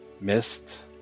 Missed